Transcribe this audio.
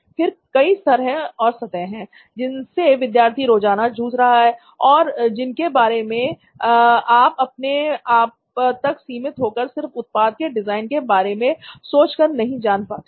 फिर कई स्तर है और सतह है जिनसे विद्यार्थी रोजाना जूझ रहा है और जिनके बारे में आप अपने आप तक सीमित होकर सिर्फ उत्पाद के डिजाइन के बारे में सोच कर नहीं जान पाते